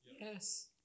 Yes